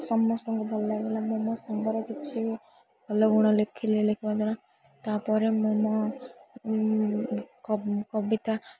ସମସ୍ତଙ୍କୁ ଭଲ ଲାଗିଲା ମୁଁ ମୋ ସାଙ୍ଗରେ କିଛି ଭଲ ଗୁଣ ଲେଖିଲି ଲେଖିବା ଦ୍ୱାରା ତା'ପରେ ମୁଁ ମୋ କବିତା